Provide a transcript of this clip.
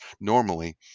Normally